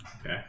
Okay